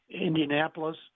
Indianapolis